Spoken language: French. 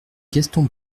gaston